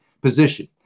position